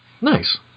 Nice